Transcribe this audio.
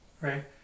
Right